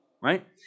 right